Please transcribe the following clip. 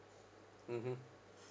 mmhmm